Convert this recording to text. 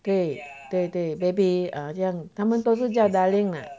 对对对 baby err 这样他们都是叫 darling ah